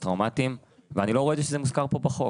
טראומתיים - ואני לא רואה שזה מוזכר בחוק.